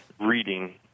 reading